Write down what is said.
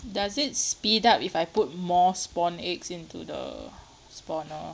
does it speed up if I put more spawn eggs into the spawner